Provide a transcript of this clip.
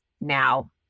now